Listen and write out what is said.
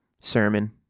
sermon